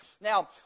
Now